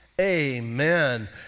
amen